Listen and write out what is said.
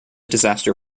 disaster